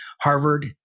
Harvard